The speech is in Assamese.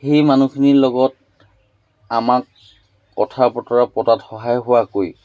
সেই মানুহখিনিৰ লগত আমাক কথা বতৰা পতাত সহায় হোৱাকৈ